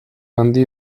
handi